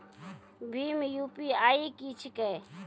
भीम UPI की छीके?